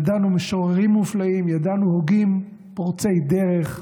ידענו משוררים מופלאים, ידענו הוגים פורצי דרך,